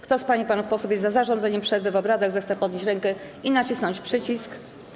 Kto z pań i panów posłów jest za zarządzeniem przerwy w obradach, zechce podnieść rękę i nacisnąć przycisk.